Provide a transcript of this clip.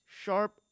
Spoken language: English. sharp